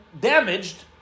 damaged